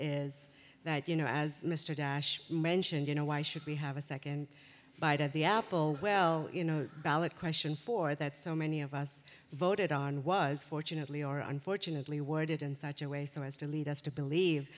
is that you know as mr dash mentioned you know why should we have a second bite at the apple well you know ballot question for that so many of us voted on was fortunately or unfortunately worded in such a way so as to lead us to believe